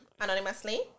Anonymously